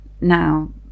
now